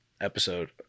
episode